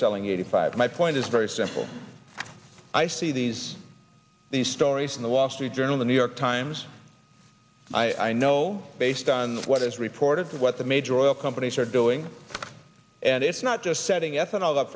selling eighty five my point is very simple i see these these stories in the wall street journal the new york times i know based on what is reported what the major oil companies are doing and it's not just setting